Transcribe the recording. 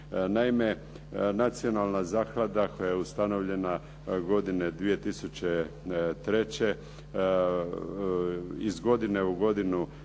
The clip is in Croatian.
Naime, Nacionalna zaklada koja je ustanovljena godine 2003. iz godine u godinu